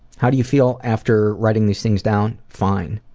how do you feel after writing these things down? fine.